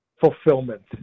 fulfillment